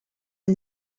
you